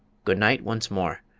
good-night, once more.